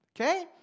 Okay